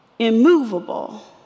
immovable